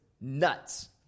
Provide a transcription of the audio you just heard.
nuts